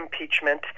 impeachment